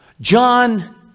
John